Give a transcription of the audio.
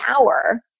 hour